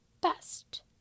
best